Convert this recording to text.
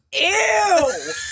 ew